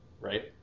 right